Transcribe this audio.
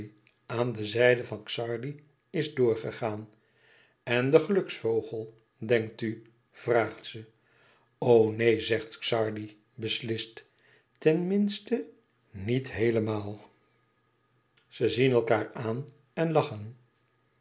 aan de zijde van xardi is doorgegaan en de geluksvogel denkt u vraagt ze o neen zegt xardi beslist ten minste niet heelemaal ze zien elkaâr aan en lachen